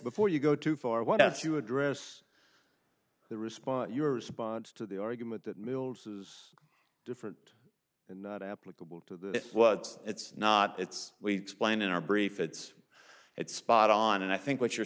before you go too far why don't you address the response your response to the argument that mills was different and not applicable to what it's not it's we explained in our brief it's it's spot on and i think what you're